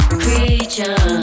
creature